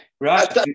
Right